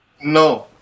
No